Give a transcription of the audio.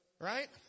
Right